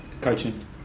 Coaching